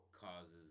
causes